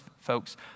folks